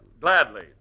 Gladly